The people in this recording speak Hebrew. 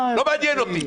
לא מעניין אותי.